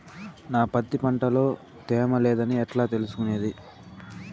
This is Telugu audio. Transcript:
నా పత్తి పంట లో తేమ లేదని ఎట్లా తెలుసుకునేది?